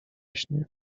śnie